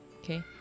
Okay